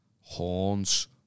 horns